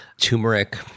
turmeric